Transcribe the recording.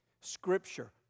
Scripture